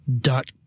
dot